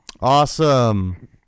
awesome